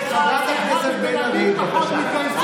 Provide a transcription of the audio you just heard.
שקט, חברת הכנסת בן ארי, בבקשה.